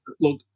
Look